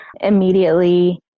immediately